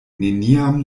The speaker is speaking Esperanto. neniam